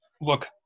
look